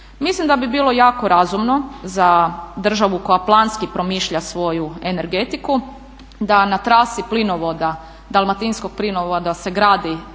Mislim da bi bilo jako razumno za državu koja planski promišlja svoju energetiku da na trasi plinovoda, dalmatinskog plinovoda sagradi